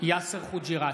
יאסר חוג'יראת,